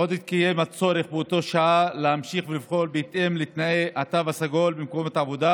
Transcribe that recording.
עוד התקיים הצורך באותה שעה להמשיך לפעול במקומות העבודה